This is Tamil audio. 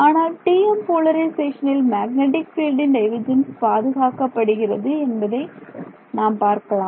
ஆனால் TM போலரிசேஷனில் மேக்னெட்டிக் பீல்டின் டைவர்ஜென்ஸ் பாதுகாக்கப்படுகிறது என்பதை நாம் பார்க்கலாம்